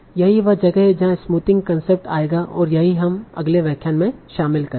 यही वह जगह है जहां स्मूथिंग कंसेप्ट आएगा और यही हम अगले व्याख्यान में शामिल करेंगे